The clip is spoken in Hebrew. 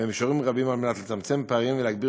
במישורים רבים כדי לצמצם פערים ולהגביר